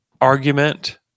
argument